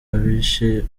abishe